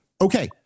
okay